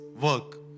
work